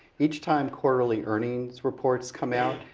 each time quarterly earnings reports come out,